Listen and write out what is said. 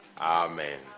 Amen